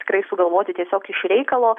tikrai sugalvoti tiesiog iš reikalo